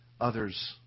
others